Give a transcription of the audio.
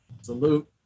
salute